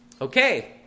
Okay